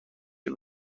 کال